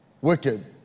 wicked